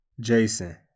Jason